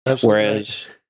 Whereas